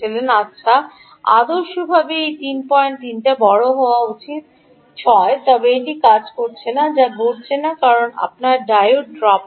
আচ্ছা আদর্শভাবে এই 33 এর বড় হওয়া উচিত 6 তবে এটি কাজ করছে না যা ঘটছে না কারণ আপনার ডায়োড ড্রপ রয়েছে